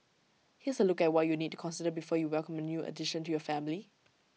here's A look at what you need to consider before you welcome A new addition to your family